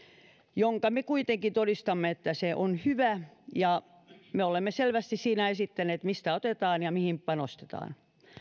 me kuitenkin todistamme että se on hyvä ja me olemme selvästi siinä esittäneet mistä otetaan ja mihin panostetaan